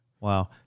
Wow